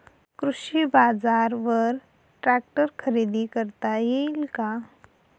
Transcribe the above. कृषी बाजारवर ट्रॅक्टर खरेदी करता येईल का?